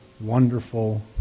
wonderful